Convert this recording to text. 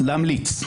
להמליץ.